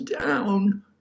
down